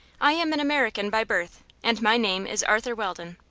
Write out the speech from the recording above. i am an american by birth, and my name is arthur weldon.